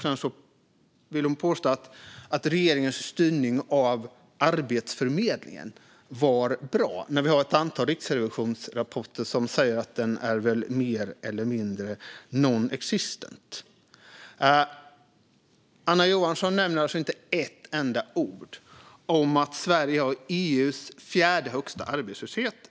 Sedan påstod hon att regeringens styrning av Arbetsförmedlingen var bra, när vi har ett antal riksrevisionsrapporter som säger att den mer eller mindre är non-existent. Anna Johansson nämner alltså inte ett enda ord om att Sverige har EU:s fjärde högsta arbetslöshet.